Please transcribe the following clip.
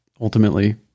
ultimately